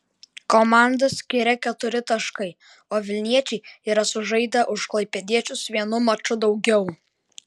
komandas skiria keturi taškai o vilniečiai yra sužaidę už klaipėdiečius vienu maču daugiau